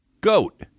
Goat